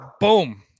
boom